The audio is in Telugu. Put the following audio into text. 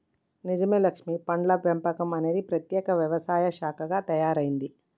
నిజమే లక్ష్మీ పండ్ల పెంపకం అనేది ప్రత్యేక వ్యవసాయ శాఖగా తయారైంది